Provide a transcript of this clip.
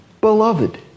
beloved